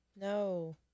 No